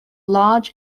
large